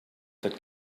that